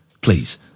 Please